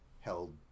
held